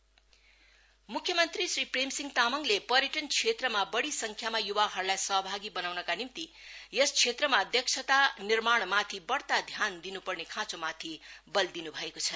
SKM tourism मुख्यमन्त्री श्री प्रेमसिंह तामाङले पर्यटन क्षेत्रमा बढी सङ्ख्यामा युवाहरूलाई सहभागी बनाउनका निम्ति यस क्षेत्रमा दक्षता निर्माणमाथि बढ्ता ध्यान दिनुपर्ने खाँचोमाथि बल दिनु भएको छ